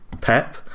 Pep